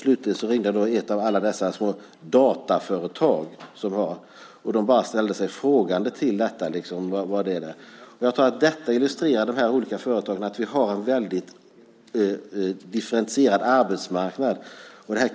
Slutligen ringde jag ett av alla de små dataföretag som finns. De ställde sig helt frågande till detta. Dessa olika företag illustrerar att vi har en mycket differentierad arbetsmarknad.